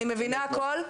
אני מבינה הכל,